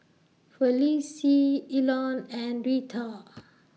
Felicie Elon and Rita